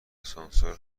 آسانسور